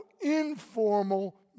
informal